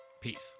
Peace